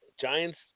giants